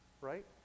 right